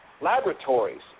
laboratories